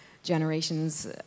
Generations